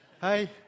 Hey